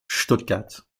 stuttgart